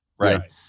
Right